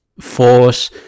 force